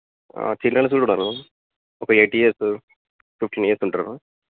children కూడా ఉన్నారు ఒక ఎయిట్ ఇయర్స్ ఫిఫ్టీన్ ఇయర్స్ ఉంటారు